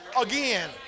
again